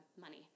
money